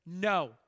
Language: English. no